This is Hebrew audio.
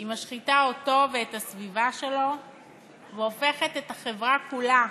היא משחיתה אותו ואת הסביבה שלו והופכת את החברה כולה